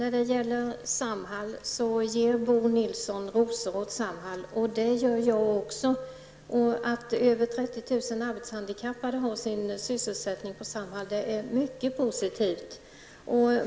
Herr talman! Bo Nilsson ger rosor åt Samhall och det gör jag också. Att över 30 000 Samhall är mycket positivt.